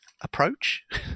approach